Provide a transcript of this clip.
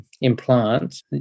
implant